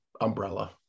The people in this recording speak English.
umbrella